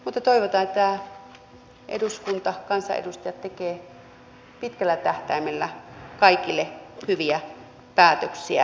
mutta toivotaan että eduskunta kansanedustajat tekevät pitkällä tähtäimellä kaikille hyviä päätöksiä